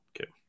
Okay